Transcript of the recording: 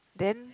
then